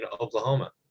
Oklahoma